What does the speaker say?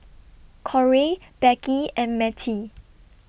Korey Becky and Mettie